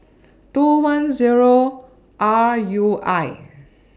two one Zero R U I